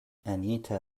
anita